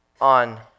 on